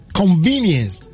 convenience